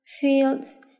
fields